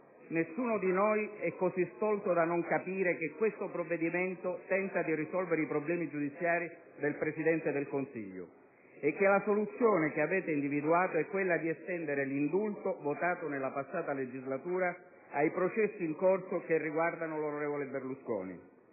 nessuno di noi è così stolto da non capire che questo provvedimento tenta di risolvere i problemi giudiziari del Presidente del Consiglio e che la soluzione che avete individuato è quella di estendere l'indulto votato nella passata legislatura ai processi in corso che riguardano l'onorevole Berlusconi,